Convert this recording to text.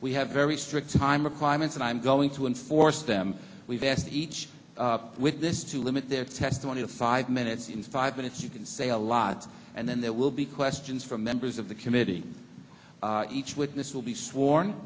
we have very strict time requirements and i'm going to enforce them we've asked each with this to limit their testimony to five minutes in five minutes you can say a lot and then there will be questions from members of the committee each witness will be sworn